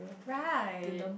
right